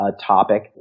topic